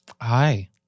Hi